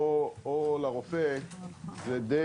וגם,